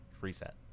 reset